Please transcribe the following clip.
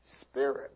spirit